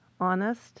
honest